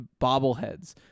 bobbleheads